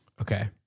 Okay